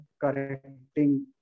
correcting